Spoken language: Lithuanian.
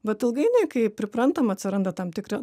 bet ilgainiui kai priprantama atsiranda tam tikri